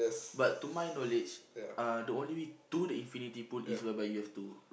but to my knowledge uh the only way to the infinity pool is whereby you have to